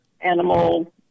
animal